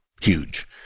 huge